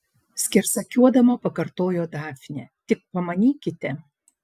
skersakiuodama pakartojo dafnė tik pamanykite